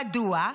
מדוע?